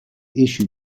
issue